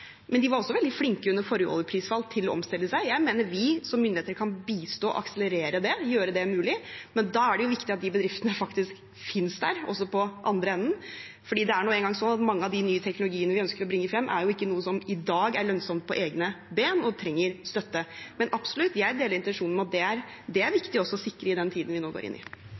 Men de var også veldig flinke til å omstille seg under forrige oljeprisfall. Jeg mener vi som myndigheter kan bistå og akselerere det, gjøre det mulig, men da er det viktig at de bedriftene faktisk finnes der, også i den andre enden, for det er nå engang sånn at mange av de nye teknologiene vi ønsker å bringe frem, ikke er noe som i dag er lønnsomt på egne ben, så de trenger støtte. Men absolutt, jeg deler intensjonen om at dette er viktig å sikre også i den tiden vi nå går inn i.